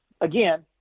again